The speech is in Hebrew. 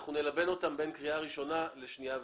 אנחנו נלבן אותם בין קריאה ראשונה לקריאה שנייה ושלישית.